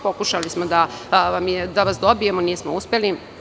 Pokušali smo da vas dobijemo i nismo uspeli.